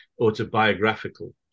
autobiographical